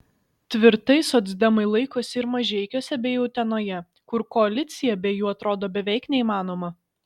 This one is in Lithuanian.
tvirtai socdemai laikosi ir mažeikiuose bei utenoje kur koalicija be jų atrodo beveik neįmanoma